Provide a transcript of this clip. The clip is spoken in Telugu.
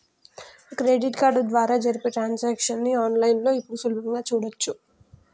క్రెడిట్ కార్డు ద్వారా జరిపే ట్రాన్సాక్షన్స్ ని ఆన్ లైన్ లో ఇప్పుడు సులభంగా చూడచ్చు